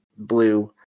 Blue